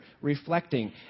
reflecting